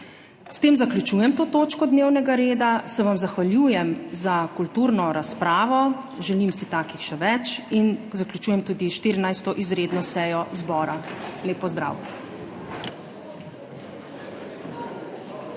S tem zaključujem to točko dnevnega reda, zahvaljujem se vam za kulturno razpravo, želim si takih še več, in zaključujem tudi 14. izredno sejo zbora. Lep pozdrav.